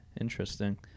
Interesting